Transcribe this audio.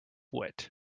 wit